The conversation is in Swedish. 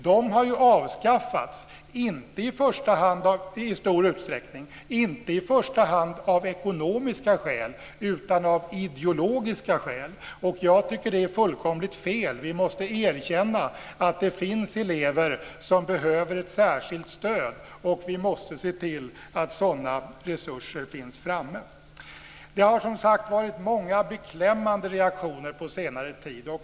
Det har ju avskaffats i stor utsträckning, inte i första hand av ekonomiska skäl utan av ideologiska skäl. Jag tycker att det är fullkomligt fel. Vi måste erkänna att det finns elever som behöver ett särskilt stöd, och vi måste se till att sådana resurser finns framme. Det har som sagt varit många beklämmande reaktioner på senare tid.